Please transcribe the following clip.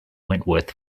wentworth